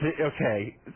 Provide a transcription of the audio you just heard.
Okay